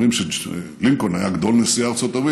אומרים שלינקולן היה גדול נשיאי ארצות הברית,